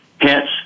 Hence